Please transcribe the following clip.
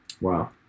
Wow